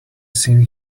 seen